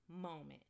moment